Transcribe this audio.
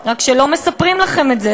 רק שלא מספרים לכם את זה,